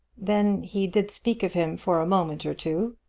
then he did speak of him for a moment or two,